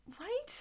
Right